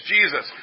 Jesus